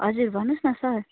हजुर भन्नु होस् न सर